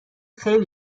خیلی